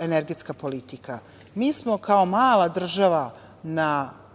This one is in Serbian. energetska politika. Mi smo se kao mala država na